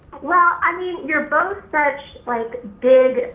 well i mean you're both such like big.